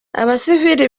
abasivili